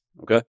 Okay